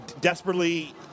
desperately